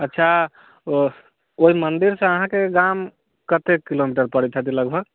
अच्छा ओ ओइ मन्दिरसँ अहाँके गाम कतेक किलोमीटर पड़ै छै लगभग